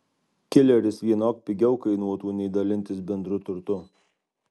kileris vienok pigiau kainuotų nei dalintis bendru turtu